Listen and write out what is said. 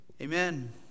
Amen